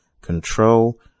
control